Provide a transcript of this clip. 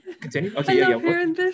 Continue